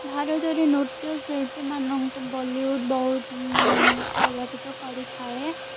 ଭାରତରେ ନୃତ୍ୟଶିଳ୍ପୀମାନଙ୍କୁ ବଲିଉଡ଼ ବହୁତ ପ୍ରଭାବିତ କରିଥାଏ